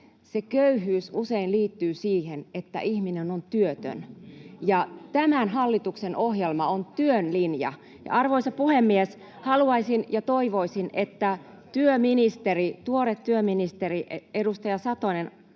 Se köyhyys usein liittyy siihen, että ihminen on työtön, [Timo Harakka: Ei kai!] ja tämän hallituksen ohjelma on työn linja. Arvoisa puhemies! Haluaisin ja toivoisin, että tuore työministeri, ministeri Satonen,